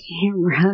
camera